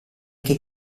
che